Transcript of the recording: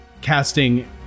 casting